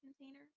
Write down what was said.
container